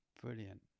Brilliant